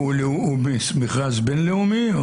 הוא מכרז בין לאומי?